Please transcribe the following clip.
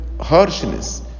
harshness